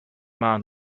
man